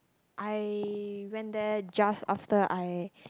I went there just after I